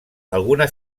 alguna